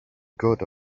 got